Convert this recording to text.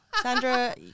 Sandra